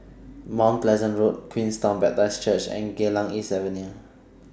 Mount Pleasant Road Queenstown Baptist Church and Geylang East Avenue